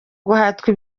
guhatwa